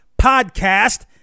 Podcast